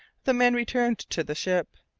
the men returned to the ship.